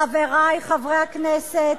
חברי חברי הכנסת,